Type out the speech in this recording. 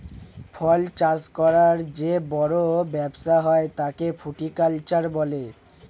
ফল চাষ করার যে বড় ব্যবসা হয় তাকে ফ্রুটিকালচার বলে